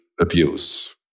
abuse